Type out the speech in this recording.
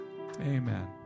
Amen